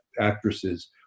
actresses